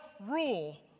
rule